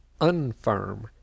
unfirm